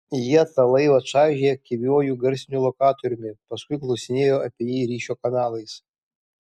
jie tą laivą čaižė aktyviuoju garsiniu lokatoriumi paskui klausinėjo apie jį ryšio kanalais